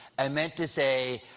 i meant to say,